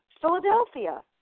Philadelphia